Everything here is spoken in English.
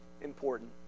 important